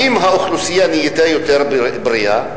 האם האוכלוסייה נהייתה יותר בריאה,